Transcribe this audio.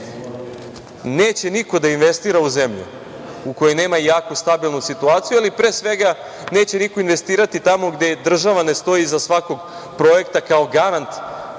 neće niko da investira u zemlju u kojoj nema jake i stabilne situacije, ali pre svega neće niko investirati tamo gde država ne stoji iza svakog projekta kao garant